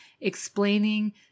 explaining